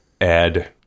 add